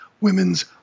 women's